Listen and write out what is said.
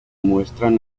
muestran